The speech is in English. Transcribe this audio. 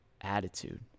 attitude